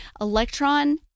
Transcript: electron